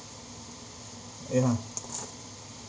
yeah